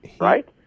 right